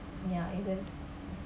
ya even